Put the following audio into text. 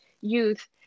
youth